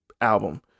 album